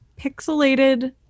pixelated